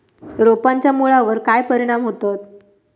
रोपांच्या मुळावर काय परिणाम होतत?